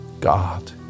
God